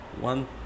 one